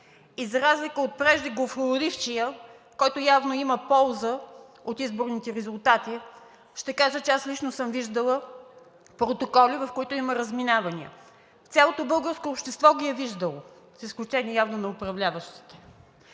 И за разлика от преждеговорившия, който явно има полза от изборните резултати, ще кажа, че аз лично съм виждала протоколи, в които има разминавания. Цялото българско общество ги е виждало, с изключение явно на управляващите.